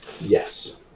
Yes